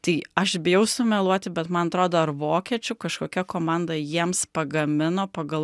tai aš bijau sumeluoti bet man atrodo ar vokiečių kažkokia komanda jiems pagamino pagal